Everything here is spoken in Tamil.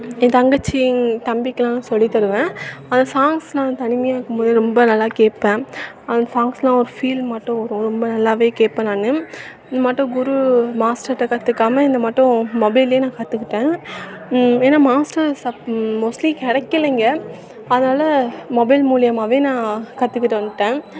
என் தங்கச்சி தம்பிக்கு எல்லாம் சொல்லித் தருவேன் அந்த சாங்க்ஸ் எல்லாம் தனிமையாக இருக்கும் பொழுது ரொம்ப நல்லா கேட்பேன் அந்த சாங்க்ஸ் எல்லாம் ஒரு ஃபீல் மட்டும் வரும் ரொம்ப நல்லாவே கேட்பேன் நான் இந்த மாட்டம் குரு மாஸ்டர்கிட்ட கற்றுக்காம இந்த மாட்டம் மொபைல்லேயே நான் கற்றுக்கிட்டேன் ஏன்னா மாஸ்டர் ச மோஸ்ட்லி கிடைக்கல இங்கே அதனால் மொபைல் மூலியமாகவே நான் கற்றுக்கிட்டு வந்துட்டேன்